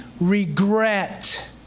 regret